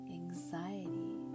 anxiety